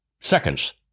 seconds